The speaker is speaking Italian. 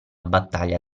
battaglia